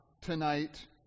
tonight